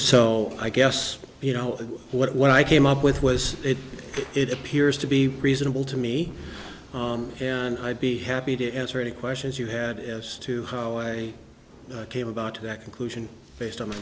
so i guess you know what what i came up with was it it appears to be reasonable to me and i'd be happy to answer any questions you had as to how i came about that conclusion based on the